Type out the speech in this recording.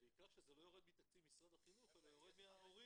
וטוב שזה לא יורד מתקציב משרד החינוך אלא יורד מההורים.